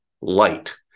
light